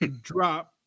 drop